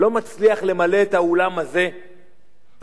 לא מצליח למלא את האולם הזה ברוב,